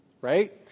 Right